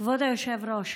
כבוד היושב-ראש,